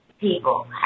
people